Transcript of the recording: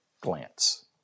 glance